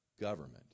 Government